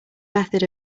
method